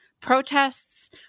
protests